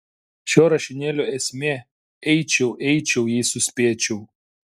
šio rašinėlio esmė eičiau eičiau jei suspėčiau